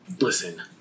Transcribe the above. listen